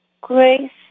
grace